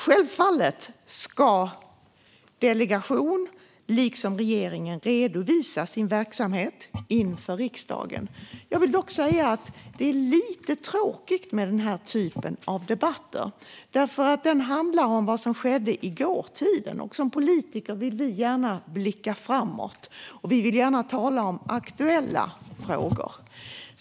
Självfallet ska delegationen liksom regeringen redovisa sin verksamhet inför riksdagen. Jag vill dock säga att det är lite tråkigt med den här typen av debatter eftersom de handlar om vad som skedde i dåtid. Som politiker vill vi gärna blicka framåt och tala om aktuella frågor.